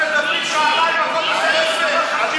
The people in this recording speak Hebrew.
אני